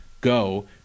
go